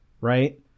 right